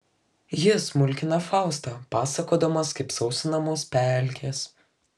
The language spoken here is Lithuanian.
jis mulkina faustą pasakodamas kaip sausinamos pelkės